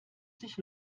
sich